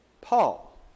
Paul